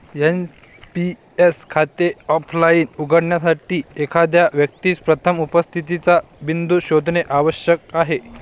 NPS खाते offline उघडण्यासाठी, एखाद्या व्यक्तीस प्रथम उपस्थितीचा बिंदू शोधणे आवश्यक आहे